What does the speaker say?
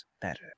better